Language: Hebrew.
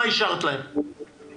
לא אישרתי בכלל